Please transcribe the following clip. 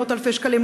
מאות-אלפי שקלים,